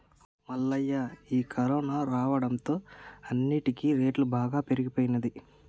మల్లయ్య ఈ కరోనా రావడంతో అన్నిటికీ రేటు బాగా పెరిగిపోయినది